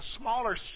smaller